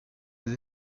ces